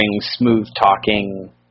smooth-talking